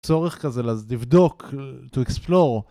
צורך כזה לבדוק, to explore.